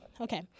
Okay